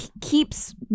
keeps